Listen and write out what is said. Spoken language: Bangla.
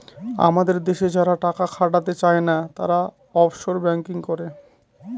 আমাদের দেশে যারা টাকা খাটাতে চাই না, তারা অফশোর ব্যাঙ্কিং করে